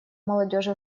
молодежи